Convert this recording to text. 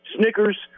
Snickers